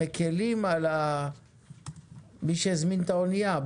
מקילים במיסוי על מי שהזמין את האונייה.